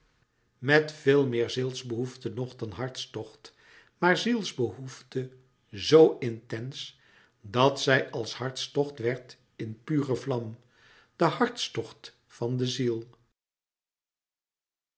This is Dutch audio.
met veel meer zielsbehoefte nog dan hartstocht maar zielsbehoefte zo intens dat zij als hartstocht werd in pure vlam de hartstocht van de ziel